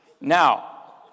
Now